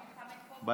יש.